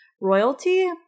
royalty